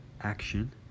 action